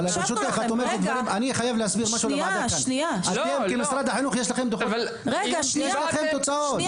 שיש לכם דברים על מנהלים ויש לכם תוצאות